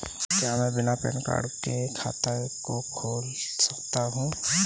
क्या मैं बिना पैन कार्ड के खाते को खोल सकता हूँ?